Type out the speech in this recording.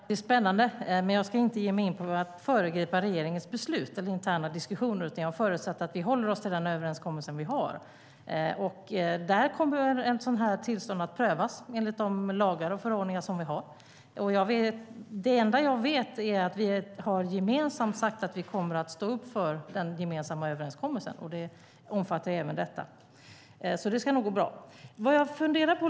Herr talman! Det är spännande, men jag ska inte ge mig in på att föregripa regeringens beslut och interna diskussioner. Jag förutsätter att vi håller oss till den överenskommelse vi har. Där kommer ett sådant här tillstånd att prövas enligt de lagar och förordningar som vi har. Det enda jag vet är att vi gemensamt har sagt att vi kommer att stå upp för den gemensamma överenskommelse som omfattar även detta. Så det ska nog gå bra.